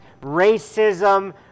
racism